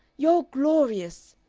you're glorious!